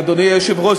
אדוני היושב-ראש,